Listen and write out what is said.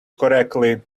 correctly